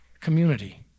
community